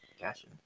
Gotcha